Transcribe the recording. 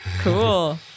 Cool